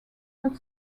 not